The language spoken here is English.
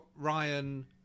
Ryan